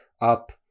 up